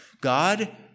God